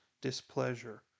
displeasure